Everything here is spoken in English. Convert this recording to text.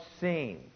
seen